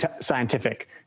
scientific